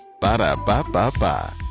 Ba-da-ba-ba-ba